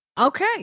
Okay